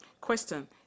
Question